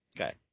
Okay